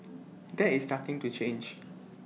that is starting to change